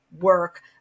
work